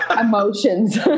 emotions